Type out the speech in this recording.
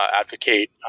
advocate